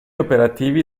operativi